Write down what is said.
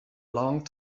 long